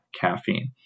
caffeine